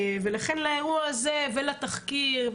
ולכן לאירוע הזה ולתחקיר,